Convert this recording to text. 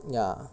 ya